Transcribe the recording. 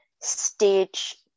stage